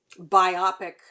biopic